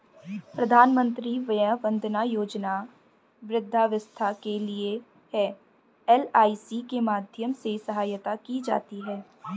प्रधानमंत्री वय वंदना योजना वृद्धावस्था के लिए है, एल.आई.सी के माध्यम से सहायता की जाती है